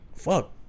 Fuck